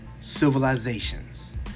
Civilizations